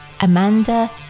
Amanda